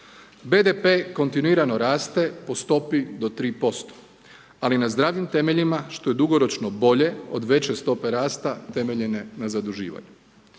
BDP kontinuirano raste po stopi do 3%, ali na zdravim temeljima što je dugoročno bolje od veće stope rasta temeljene na zaduživanju.